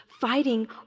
fighting